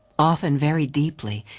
often very deeply.